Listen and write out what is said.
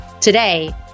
Today